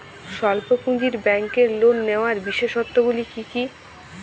স্বল্প পুঁজির ব্যাংকের লোন নেওয়ার বিশেষত্বগুলি কী কী?